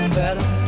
better